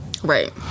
Right